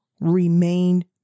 remain